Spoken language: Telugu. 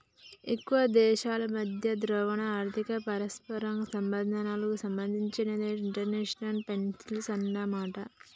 ఎక్కువ దేశాల మధ్య ద్రవ్య ఆర్థిక పరస్పర సంబంధాలకు సంబంధించినదే ఇంటర్నేషనల్ ఫైనాన్సు అన్నమాట